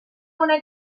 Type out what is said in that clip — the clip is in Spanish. una